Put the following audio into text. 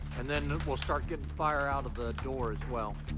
and then we'll start getting fire out of the door as well.